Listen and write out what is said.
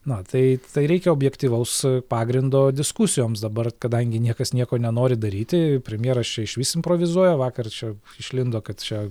na tai tai reikia objektyvaus pagrindo diskusijoms dabar kadangi niekas nieko nenori daryti premjeras čia išvis improvizuoja vakar čia išlindo kad čia